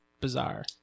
bizarre